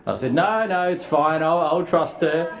i said, no, no it's fine. i'll trust her.